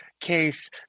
case